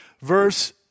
Verse